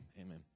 amen